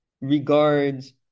regards